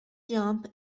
jump